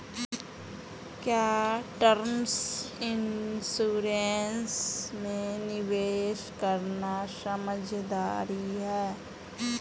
क्या term insurance में निवेश करना समझदारी है?